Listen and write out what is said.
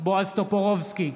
בועז טופורובסקי,